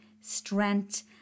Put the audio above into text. strength